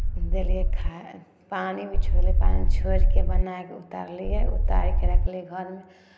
देलियै खाए पानि भी छोड़लियै पानि छोड़ि कऽ बना कऽ उतारलियै उतारि कऽ रखलियै घरमे